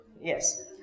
Yes